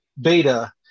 beta